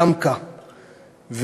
דמקה,